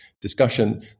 discussion